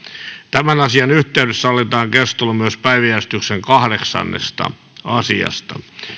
tämän asian yhteydessä sallitaan keskustelu myös päiväjärjestyksen kahdeksannesta asiasta